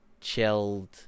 chilled